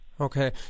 Okay